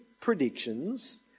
predictions